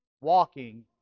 walking